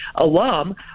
alum